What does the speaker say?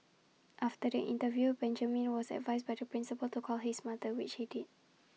after the interview Benjamin was advised by the principal to call his mother which he did